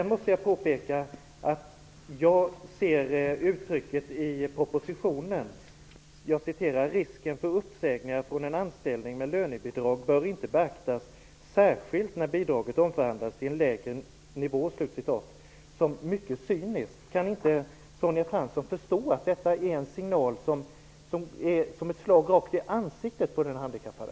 Det finns ett uttryck i propositionen som lyder så här: "Risken för uppsägning från en anställning med lönebidrag bör inte beaktas särskilt när bidraget omförhandlas till en lägre nivå." Jag ser det som ett mycket cyniskt uttryck. Kan inte Sonja Fransson förstå att detta är en signal som är som ett slag rakt i ansiktet på den handikappade?